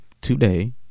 Today